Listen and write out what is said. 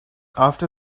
after